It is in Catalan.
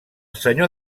senyor